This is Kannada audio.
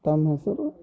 ತಮ್ಮ ಹೆಸರು